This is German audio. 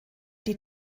die